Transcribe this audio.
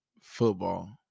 Football